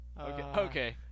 Okay